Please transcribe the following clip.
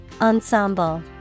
Ensemble